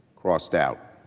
crossed out,